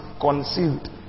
concealed